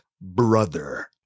brother